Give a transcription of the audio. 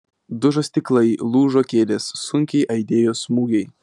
dužo stiklai lūžo kėdės sunkiai aidėjo smūgiai